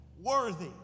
Worthy